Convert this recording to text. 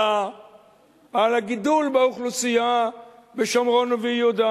על הגידול באוכלוסייה בשומרון וביהודה,